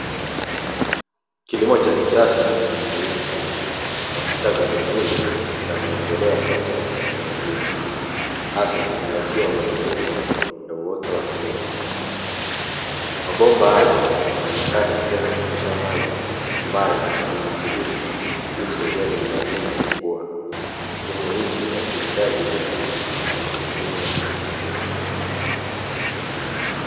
Kilimo cha kisasa ni muhimu sana katika zama hizi za maendeleo ya sayansi na teknolojia hasa ukizingatia mabadiliko ya uoto wa asili, mabomba haya inaonekana yakiwa yanapitisha maji ambayo yamerutubishwa ili kusaidia mimea hii kukua. Kilimo hichi hakihitaji ulazima kwa kutumia udongo.